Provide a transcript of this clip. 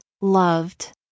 loved